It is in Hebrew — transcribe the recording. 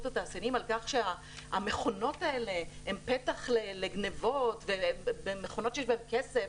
התעשיינים על כך שהמכונות האלה הן פתח לגניבות במכונות שיש בהן כסף.